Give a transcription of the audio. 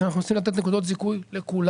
לכן אנחנו רוצים לתת נקודות זיכוי לכולם.